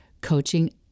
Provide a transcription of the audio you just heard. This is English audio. coaching